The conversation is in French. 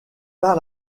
par